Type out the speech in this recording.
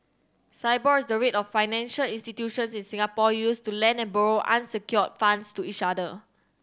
Sibor is the rate of financial institutions in Singapore use to lend and borrow unsecured funds to each other